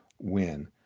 win